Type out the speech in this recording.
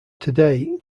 today